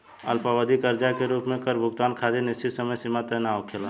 अल्पअवधि कर्जा के रूप में कर भुगतान खातिर निश्चित समय सीमा तय ना होखेला